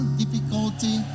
difficulty